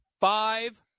Five